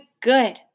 good